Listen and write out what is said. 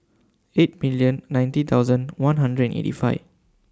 eight million ninety thousand one hundred and eighty five